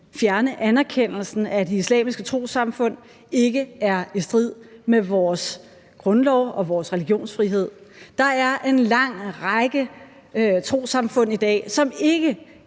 fjerne anerkendelsen af de islamiske trossamfund, ikke er i strid med vores grundlov og vores religionsfrihed. Der er en lang række trossamfund i dag, som ikke